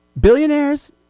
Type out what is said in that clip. Billionaires